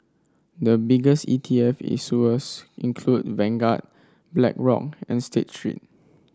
the biggest E T F issuers include Vanguard Blackrock and State Street